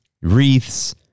wreaths